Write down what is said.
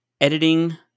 Editing